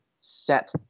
set